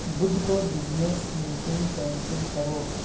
بدھ کو business meeting cancel کرو